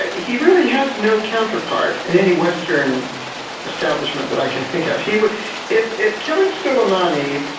ah he really has no counterpart in any western establishment that i can think of. he would if if killing suleimani